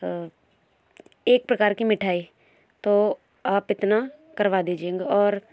एक प्रकार की मिठाई तो आप इतना करवा दीजिएगा और